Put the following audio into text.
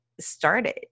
started